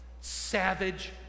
savage